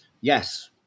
Yes